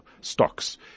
stocks